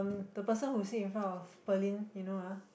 I mean the person who sit in front of Pearlyn you know ah